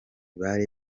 bari